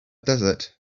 desert